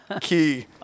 key